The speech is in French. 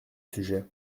sujet